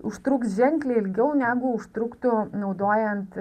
užtruks ženkliai ilgiau negu užtruktų naudojant